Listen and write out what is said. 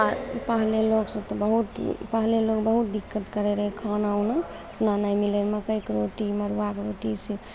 पहिले लोग सब तऽ बहुत पहले लोग बहुत दिक्कत करय रहय खाना उना उतना नहि मिलय मकइके रोटी मड़ुआके रोटीसँ